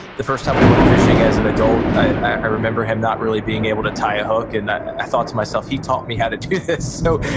the first time we went fishing as an adult i remember him not really being able to tie a hook. and i thought to myself, he taught me how to do this. so,